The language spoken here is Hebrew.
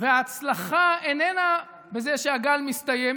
וההצלחה איננה בזה שהגל מסתיים,